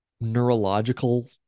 neurological